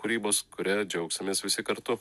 kūrybos kuria džiaugsimės visi kartu